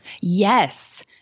Yes